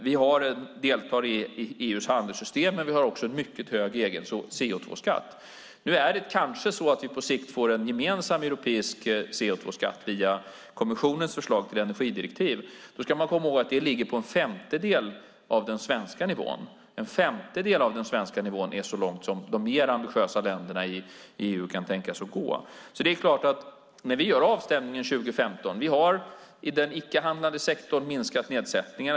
Vi deltar i EU:s handelssystem, men vi har också en mycket hög egen CO2-skatt. På sikt får vi kanske en gemensam europeisk CO2-skatt via kommissionens förslag till energidirektiv. Det ligger på en femtedel av den svenska nivån. En femtedel av den svenska nivån är så långt som de mer ambitiösa länder EU kan tänka sig att gå. Vi ska göra en avstämning 2015. Vi har minskat nedsättningarna i den icke-handlande sektorn.